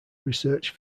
research